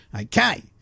Okay